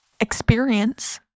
experience